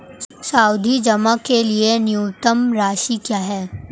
सावधि जमा के लिए न्यूनतम राशि क्या है?